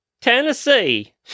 Tennessee